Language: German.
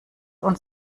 uns